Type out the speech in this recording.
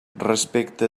respecte